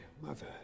mother